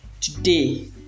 Today